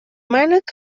mànec